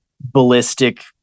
ballistic